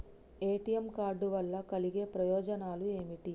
ATM card వల్ల కలిగే ప్రయోజనాలు ఏమిటి?